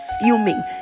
fuming